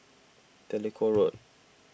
Jellicoe Road